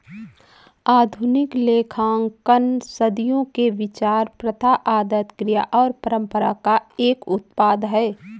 आधुनिक लेखांकन सदियों के विचार, प्रथा, आदत, क्रिया और परंपरा का एक उत्पाद है